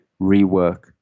rework